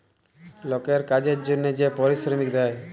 লকের কাজের জনহে যে পারিশ্রমিক দেয়